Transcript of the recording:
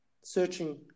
searching